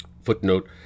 footnote